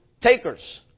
takers